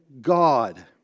God